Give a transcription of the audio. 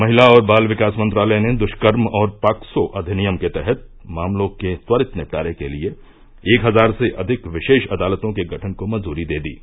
महिला और बाल विकास मंत्रालय ने दुष्कर्म और पॉक्सो अधिनियम के तहत मामलों के त्वरित निपटारे के लिए एक हजार से अधिक विशेष अदालतों के गठन को मंजूरी दे दी है